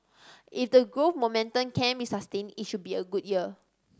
if the growth momentum can be sustained it should be a good year